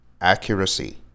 Accuracy